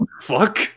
Fuck